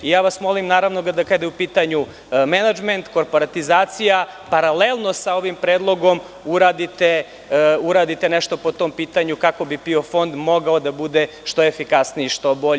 Ja vas molim da kada je u pitanju menadžment, korporatizacija, paralelno sa ovim predlogom uradite nešto po tom pitanju, kako bi PIO fond mogao da bude što efikasniji i što bolji.